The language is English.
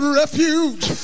refuge